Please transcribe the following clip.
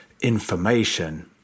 information